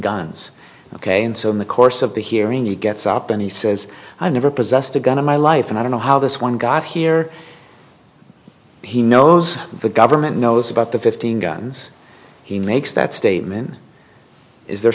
guns ok and so in the course of the hearing you gets up and he says i've never possessed a gun in my life and i don't know how this one got here he knows the government knows about the fifteen guns he makes that statement is their